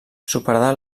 superada